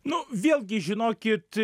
nu vėlgi žinokit